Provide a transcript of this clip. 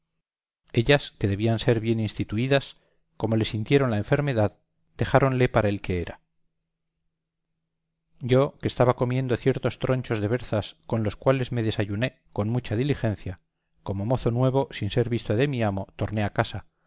ellas que debían ser bien instituídas como le sintieron la enfermedad dejáronle para el que era yo que estaba comiendo ciertos tronchos de berzas con los cuales me desayuné con mucha diligencia como mozo nuevo sin ser visto de mi amo torné a casa